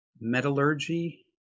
metallurgy